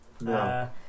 No